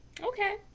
okay